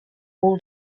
all